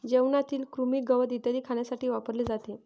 जेवणातील कृमी, गवत इत्यादी खाण्यासाठी वापरले जाते